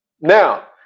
Now